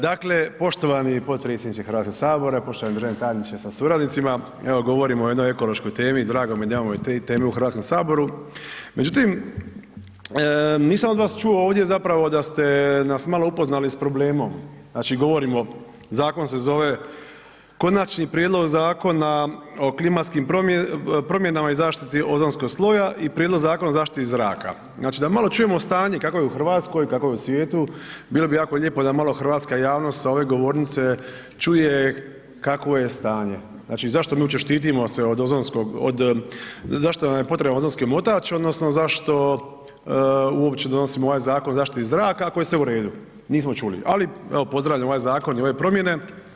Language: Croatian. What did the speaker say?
Dakle, poštovani potpredsjedniče Hrvatskog sabora, poštovani državni tajniče sa suradnicima, evo govorimo o jednoj ekološkoj temi, drago mi je da imamo i te teme u Hrvatskom saboru međutim nisam od vas ovdje čuo zapravo da ste nas upoznali s problemom, znači govorimo zakon se zove Konačni prijedlog Zakona o klimatskim promjenama i zaštiti ozonskog sloja i Prijedlog Zakona o zaštiti zraka, znači da malo čujemo stanje kako je u Hrvatskoj, kako je u svijetu, bilo bi jako lijepo da malo hrvatska javnost sa ove govornice čuje kakvo je stanje, znači zašto mi uopće štitimo se od ozonskog, od zašto nam je potreban ozonski omotač odnosno zašto uopće donosimo ovaj Zakon o zaštiti zraka ako je sve u redu, nismo čuli ali evo, pozdravljam ovaj zakon i ove promjene.